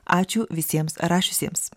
ačiū visiems rašiusiems